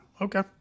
okay